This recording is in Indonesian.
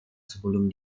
sebelum